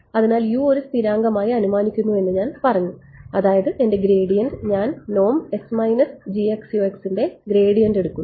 അതിനാൽ ഒരു സ്ഥിരാംഗമായി അനുമാനിക്കുന്നു എന്ന് ഞാൻ പറയുന്നു അതായത് എന്റെ ഗ്രേഡിയന്റ് ഞാൻ ൻറെ ഗ്രേഡിയന്റ് എടുക്കുന്നു